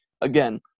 again